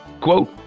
Quote